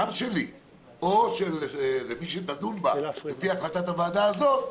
גם שלי או זו שתדון בה לפי החלטת הוועדה הזו,